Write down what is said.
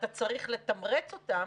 אתה צריך לתמרץ אותם,